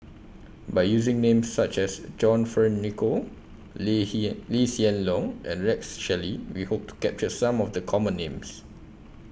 By using Names such as John Fearns Nicoll Lee Lee Hsien Loong and Rex Shelley We Hope to capture Some of The Common Names